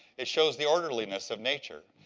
it shows the orderliness of nature.